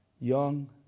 young